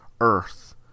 earth